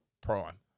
prime